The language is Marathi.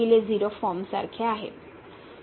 तर ते फॉर्मसारखे आहे